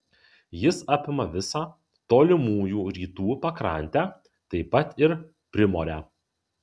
jis apima visą tolimųjų rytų pakrantę taip pat ir primorę